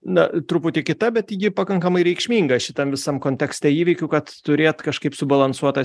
na truputį kita bet ji pakankamai reikšminga šitam visam kontekste įvykių kad turėt kažkaip subalansuotą